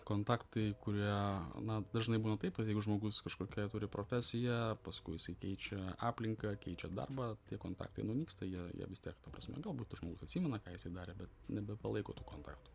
kontaktai kurie na dažnai būna taip kad jeigu žmogus kažkokią turi profesiją paskui jisai keičia aplinką keičia darbą tie kontaktai nunyksta jie jie vis tiek ta prasme galbūt tas žmogus atsimena ką jisai darė bet nebepalaiko tų kontaktų